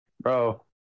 bro